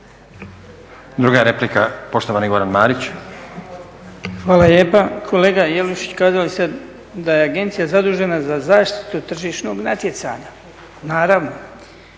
Druga replika, poštovani Goran Marić. **Marić, Goran (HDZ)** Hvala lijepa. Kolega Jelušić, kazali ste da je agencija zadužena za zaštitu tržišnog natjecanja, naravno,